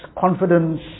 confidence